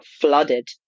flooded